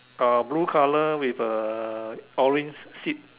uh blue color with a orange sit